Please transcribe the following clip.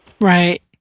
Right